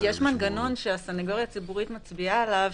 יש מנגנון שהסניגוריה הציבורית מצביעה עליו,